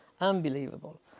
unbelievable